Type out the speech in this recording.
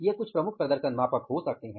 ये कुछ प्रमुख प्रदर्शन मापक हो सकते हैं